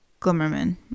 Glimmerman